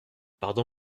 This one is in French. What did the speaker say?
pardon